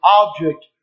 object